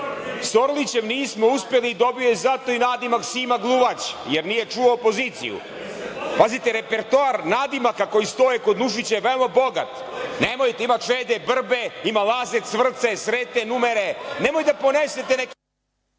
Orlićem nismo uspeli zato je i dobio nadimak „Sima gluvać“, jer nije čuo opoziciju. Pazite, repertoar nadimaka koji stoje kod Nušića je veoma bogat. Nemojte, ima „Čede brbe“, ima „Laze cvrce“, „Srete numere“, nemoj da ponesete…